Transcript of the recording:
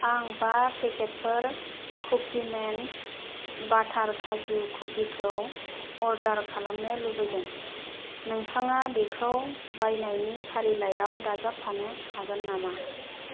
आं बा पेकेटफोर कुकिमेन बाटार काजु कुकिखौ अर्डार खालामनो लुबैदों नोंथाङा बेखौ बायनायनि फारिलाइयाव दाजाबफानो हागोन नामा